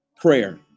Prayer